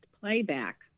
playback